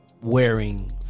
Wearing